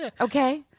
Okay